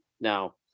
Now